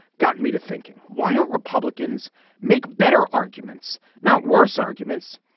got me to thinking, why don't republicans make better arguments, not worse arguments?